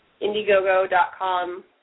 indiegogo.com